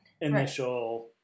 Initial